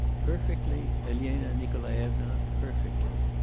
perfectly, elena nikolaevna, perfectly.